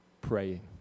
praying